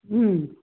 हम्म